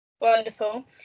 wonderful